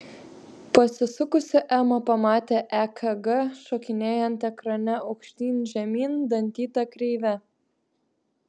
pasisukusi ema pamatė ekg šokinėjant ekrane aukštyn žemyn dantyta kreive